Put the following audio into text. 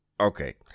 okay